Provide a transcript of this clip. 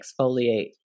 exfoliate